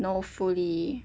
know fully